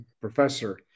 professor